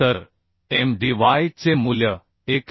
तर m d y चे मूल्य 1